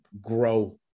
grow